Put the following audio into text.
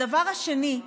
הדבר השני,